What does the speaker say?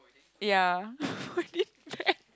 ya